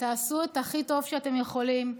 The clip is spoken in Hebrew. תעשו את הכי טוב שאתם יכולים.